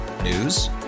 News